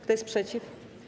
Kto jest przeciw?